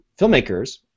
filmmakers